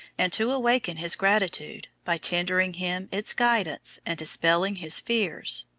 and to awaken his gratitude by tendering him its guidance and dispelling his fears.